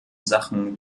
sachen